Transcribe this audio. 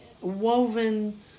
woven